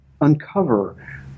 uncover